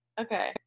okay